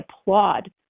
applaud